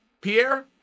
Pierre